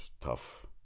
Tough